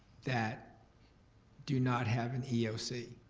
that do not have an eoc?